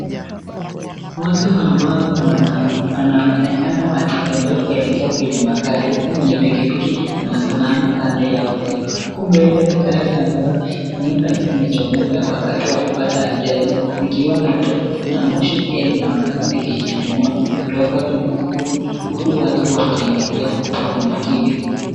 Watu ambao wanaonekana wakitembea kuelekea kwenye magari huku mwenye pikipiki amesimama kando yao pia, huku mbele ni gari ambayo huenda imechomeka wakati wa kupata ajali kukiwa na lori na moshi pia linaonekana ikichuchuma kutoka juu huku watu wakiangalia kwa umakini.